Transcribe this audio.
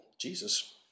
Jesus